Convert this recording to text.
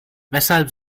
weshalb